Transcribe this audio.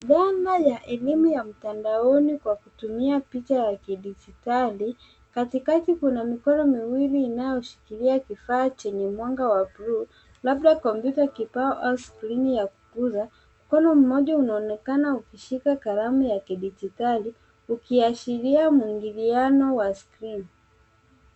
Logo ya elimu ya mtandaoni kwa kutumia picha ya kidijitali. Katikati kuna mikono miwili inayoshikilia kifaa chenye mwanga wa buluu labda kompyuta kibao au skrini ya kuguza. Mkono mmoja unaonekana ukishika kalamu ya kidijitali ikiashiria mwingiliano wa skrini.